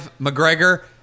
McGregor